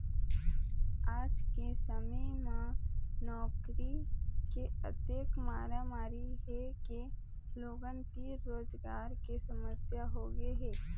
आज के समे म नउकरी के अतेक मारामारी हे के लोगन तीर रोजगार के समस्या होगे हे